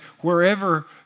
wherever